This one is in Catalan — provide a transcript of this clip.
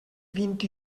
vint